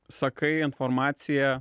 sakai informaciją